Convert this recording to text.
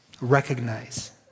recognize